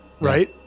Right